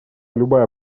любая